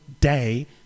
day